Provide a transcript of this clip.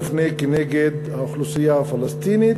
מופנה נגד האוכלוסייה הפלסטינית,